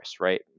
right